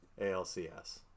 ALCS